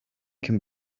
can